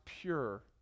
pure